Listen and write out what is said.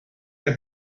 der